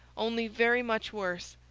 only very much worse.